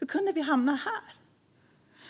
vi kunde hamna här, fru talman.